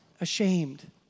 ashamed